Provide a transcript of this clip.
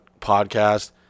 podcast